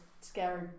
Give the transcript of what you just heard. scary